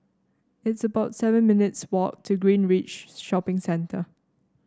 it's about seven minutes' walk to Greenridge Shopping Centre